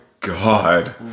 God